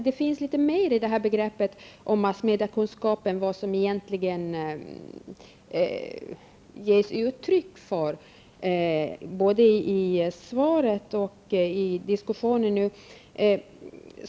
Det ryms mer i begreppet massmediakunskap än vad som ges uttryck för både i svaret och nu i diskussionen.